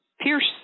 pierce